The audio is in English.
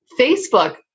Facebook